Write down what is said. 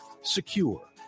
secure